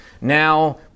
now